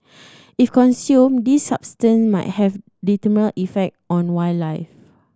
if consumed these substance might have detrimental effect on wildlife